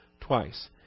twice